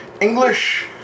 English